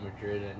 Madrid